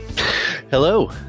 Hello